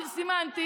לא,